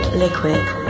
liquid